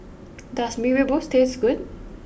does Mee Rebus taste good